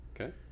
Okay